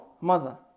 mother